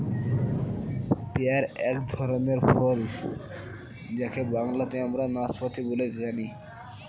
pair এক ধরনের ফল যাকে বাংলাতে আমরা নাসপাতি বলে জানি